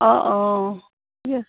অঁ অঁ ঠিক আছে